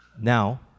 Now